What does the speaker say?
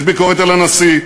יש ביקורת על הנשיא,